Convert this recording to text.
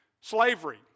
slavery